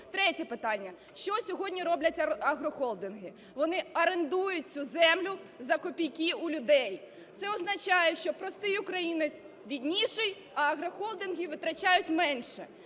Третє питання. Що сьогодні роблять агрохолдинги – вони орендують цю землю за копійки у людей. Це означає, що простий українець бідніший, а агрохолдинги витрачають менше.